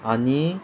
आनी